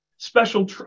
special